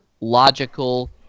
logical